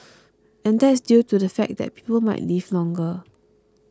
and that's due to the fact that people might live longer